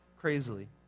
crazily